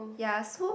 ya so